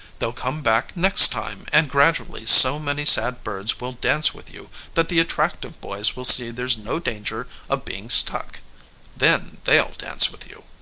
they'll come back next time, and gradually so many sad birds will dance with you that the attractive boys will see there's no danger of being stuck then they'll dance with you.